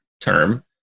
term